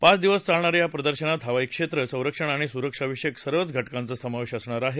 पाच दिवस चालणाऱ्या या प्रदर्शनात हवाई क्षेत्र संरक्षण आणि सुरक्षा विषयक सर्व घटकाचं समावेश हा असणार आहे